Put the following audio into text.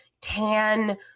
tan